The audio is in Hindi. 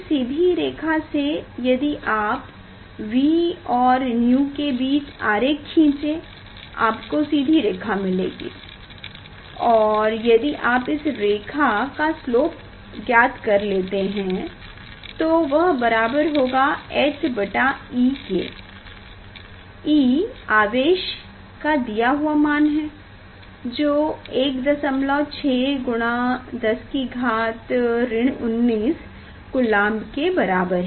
इस सीधी रेखा से यदि आप V और 𝛎 के बीच आरेख खीचे आपको सीधी रेखा मिलेगी और यदि आप इस रेखा का स्लोप ज्ञात कर लेते हैं तो वह बराबर होगा h e के e आवेश का दिया हुआ मान है जो 16 x 10 19 कूलाम के बराबर है